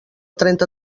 trenta